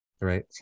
right